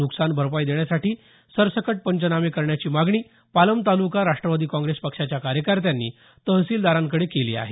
नुकसान भरपाई देण्यासाठी सरसकट पंचनामे करण्याची मागणी पालम तालुका राष्ट्रवादी काँग्रेस पक्षाच्या कार्यकर्त्यांनी तहसीलदारांकडे केली आहे